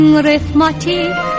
arithmetic